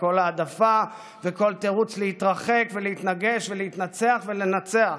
כל העדפה וכל תירוץ להתרחק ולהתנגש ולהתנצח ולנצח.